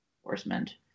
enforcement